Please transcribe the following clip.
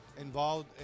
involved